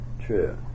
true